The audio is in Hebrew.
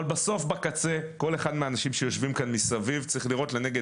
אבל בסוף בקצה כל אחד מהאנשים שיושבים כאן מסביב צריך לראות לנגד